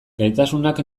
gaitasunak